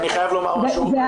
אני חייב לומר משהו,